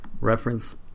Reference